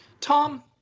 Tom